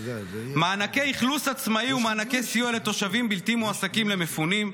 מענקי אכלוס עצמאי ומענקי סיוע לתושבים בלתי מועסקים למפונים,